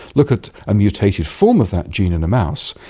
look at a mutated form of that gene in a mouse,